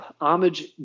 homage